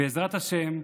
בעזרת השם,